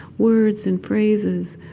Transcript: words and phrases,